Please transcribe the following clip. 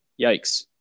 yikes